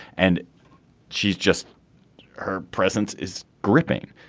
and she's just her presence is gripping.